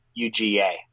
UGA